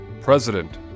President